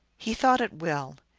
he thought it well.